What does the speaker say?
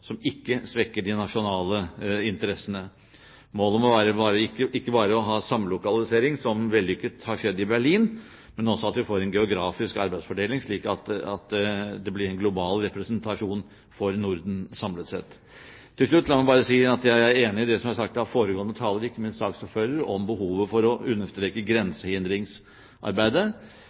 som ikke svekker de nasjonale interessene. Målet må være ikke bare å ha en samlokalisering, som vellykket har skjedd i Berlin, men at vi også får en geografisk arbeidsfordeling, slik at det blir en global representasjon for Norden samlet sett. Til slutt: La meg bare si at jeg er enig i det som er sagt av foregående talere, ikke minst av saksordfører, om behovet for å understreke grensehindringsarbeidet.